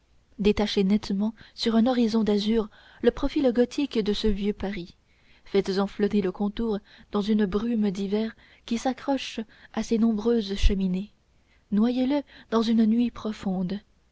détachez nettement sur un horizon d'azur le profil gothique de ce vieux paris faites-en flotter le contour dans une brume d'hiver qui s'accroche à ses nombreuses cheminées noyez le dans une nuit profonde